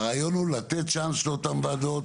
הרעיון הוא לתת צ'אנס לאותם ועדות